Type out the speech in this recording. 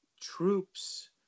troops